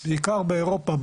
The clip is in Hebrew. בעיקר באירופה,